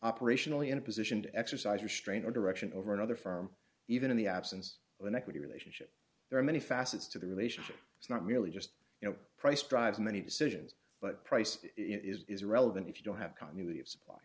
operationally in a position to exercise restraint or direction over another firm even in the absence of an equity relationship there are many facets to the relationship it's not really just you know price drives many decisions but price it is irrelevant if you don't have continuity of supply